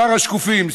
שר השקופים,